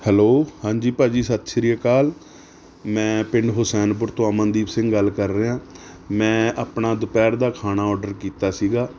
hello ਹਾਂਜੀ ਭਾਅ ਜੀ ਸਤਿ ਸ਼੍ਰੀ ਅਕਾਲ ਮੈਂ ਪਿੰਡ ਹੁਸੈਨਪੁਰ ਤੋਂ ਅਮਨਦੀਪ ਸਿੰਘ ਗੱਲ ਕਰ ਰਿਹਾ ਮੈਂ ਆਪਣਾ ਦੁਪਹਿਰ ਦਾ ਖਾਣਾ ਓਡਰ ਕੀਤਾ ਸੀਗਾ